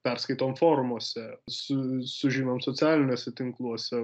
perskaitom forumuose su sužinom socialiniuose tinkluose